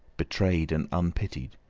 betrayed and unpitied,